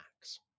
max